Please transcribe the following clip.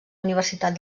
universitat